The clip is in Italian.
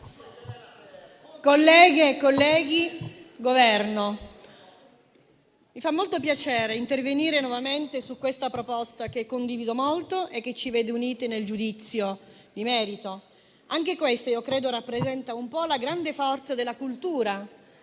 colleghe e colleghi, Governo, mi fa molto piacere intervenire nuovamente su questa proposta, che condivido molto e che ci vede uniti nel giudizio di merito. Anche questo io credo rappresenti un po' la grande forza della cultura,